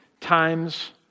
times